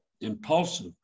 impulsive